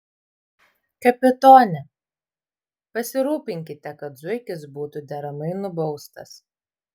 kapitone pasirūpinkite kad zuikis būtų deramai nubaustas